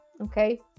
Okay